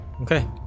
Okay